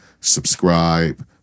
subscribe